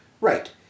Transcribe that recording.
Right